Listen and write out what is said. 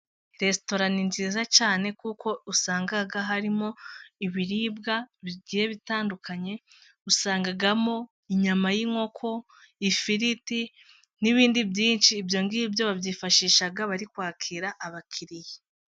Resitora ni nziza cyane kuko usanga harimo ibiribwa bigiye bitandukanye, usangamo inyama z'inkoko, ifiriti n'ibindi byinshi. Ibyo ng'ibyo babyifashisha bari kwakira abakiriya.